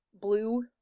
blue